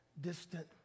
distant